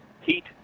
Heat